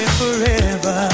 forever